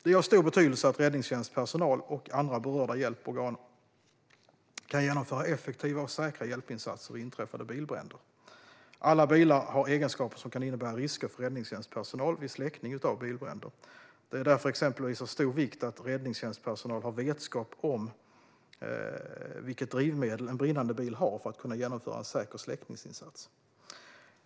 Det är av stor betydelse att räddningstjänstpersonal och andra berörda hjälporgan kan genomföra effektiva och säkra hjälpinsatser vid inträffade bilbränder. Alla bilar har egenskaper som kan innebära risker för räddningstjänstpersonal vid släckning av bilbränder. Det är därför exempelvis av stor vikt att räddningstjänstpersonal har vetskap om vilket drivmedel en brinnande bil har för att de ska kunna genomföra en säker släckningsinsats.